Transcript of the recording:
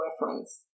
reference